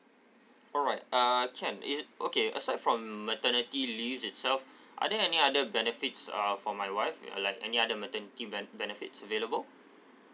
alright uh can is okay aside from maternity leave itself are there any other benefits uh for my wife uh like any other matern~ event benefits available